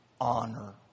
honor